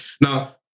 Now